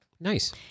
nice